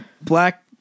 Black